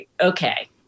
okay